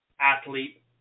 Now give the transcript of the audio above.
athlete